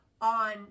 on